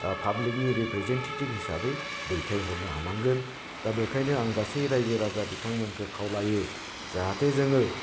पाब्लिकनि representative हिसाबै दैथायहरनो हानांगोन दा बेखायनो आं गासै रायजो राजा बिथांमोनखौ खावलायो जाहाथे जोङो